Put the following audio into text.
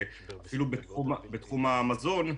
אפילו בתחום המזון,